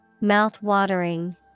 Mouth-watering